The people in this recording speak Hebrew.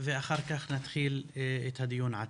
ואחר כך נתחיל את הדיון עצמו.